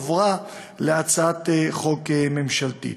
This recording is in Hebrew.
עברה להצעת חוק ממשלתית.